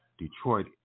Detroit